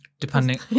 depending